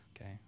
okay